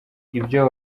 ibyo